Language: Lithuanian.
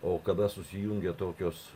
o kada susijungia tokios